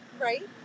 right